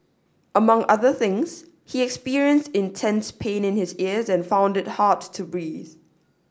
among other things he experienced intense pain in his ears and found it hard to breathe